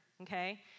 Okay